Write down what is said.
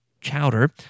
chowder